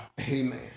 Amen